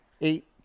eight